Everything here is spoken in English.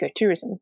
ecotourism